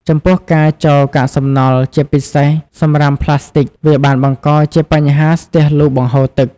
ចំពោះការចោលកាកសំណល់ជាពិសេសសំរាមប្លាស្ទិក វាបានបង្កជាបញ្ហាស្ទះលូបង្ហូរទឹក។